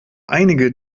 einige